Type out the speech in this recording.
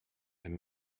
and